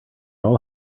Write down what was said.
all